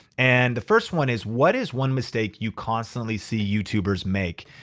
and the first one is, what is one mistake you constantly see youtubers make?